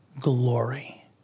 glory